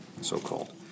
so-called